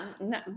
no